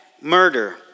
murder